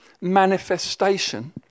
manifestation